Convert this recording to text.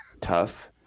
tough